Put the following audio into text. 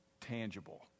tangible